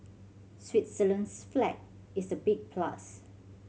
Switzerland's flag is a big plus